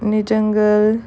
new jungle